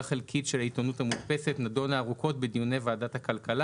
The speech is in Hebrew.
חלקית של העיתונות המודפסת נדונו ארוכות בדיוני ועדת הכלכלה